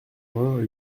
vingts